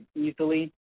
easily